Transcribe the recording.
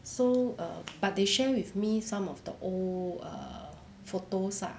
so err but they share with me some of the old err photos lah